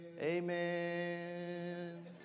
Amen